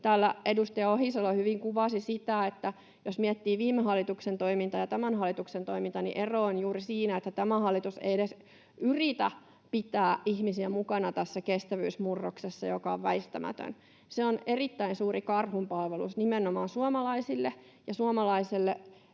Täällä edustaja Ohisalo hyvin kuvasi sitä, että jos miettii viime hallituksen toimintaa ja tämän hallituksen toimintaa, niin ero on juuri siinä, että tämä hallitus ei edes yritä pitää ihmisiä mukana tässä kestävyysmurroksessa, joka on väistämätön. Se on erittäin suuri karhunpalvelus nimenomaan suomalaisille, sekä